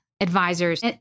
advisors